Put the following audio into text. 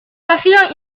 vacío